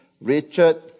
Richard